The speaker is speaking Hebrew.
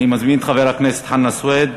אני מזמין את חבר הכנסת חנא סוייד